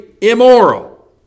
immoral